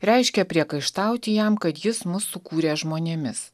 reiškia priekaištauti jam kad jis mus sukūrė žmonėmis